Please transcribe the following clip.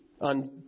on